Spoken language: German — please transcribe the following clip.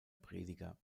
prediger